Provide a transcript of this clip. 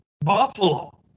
Buffalo